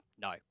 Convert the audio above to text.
no